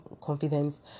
confidence